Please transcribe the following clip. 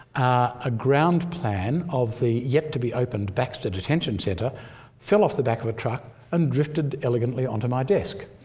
a ground plan of the yet-to-be-opened baxter detention centre fell off the back of a truck and drifted elegantly onto my desk.